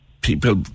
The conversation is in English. people